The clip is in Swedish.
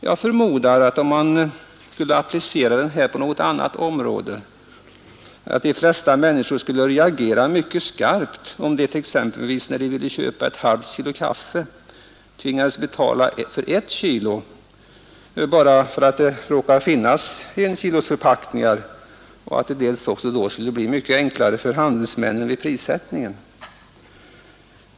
Jag förmodar att om man skulle applicera den på något annat område skulle de flesta människor reagera mycket skarpt. Antag exempelvis att en person som köper ett halvt kilo kaffe tvingas betala för ett kilo bara för att det dels råkar finnas förpackningar om ett kilo, dels blir mycket enklare för handelsmannen vid prissättningen.